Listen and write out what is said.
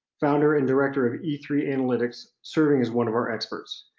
founder and director of e three analytics serving as one of our experts.